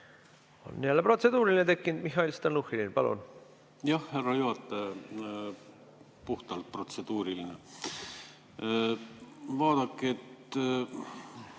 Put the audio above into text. On jälle protseduuriline tekkinud Mihhail Stalnuhhinil. Palun! Jah, härra juhataja, puhtalt protseduuriline. Vaadake, siin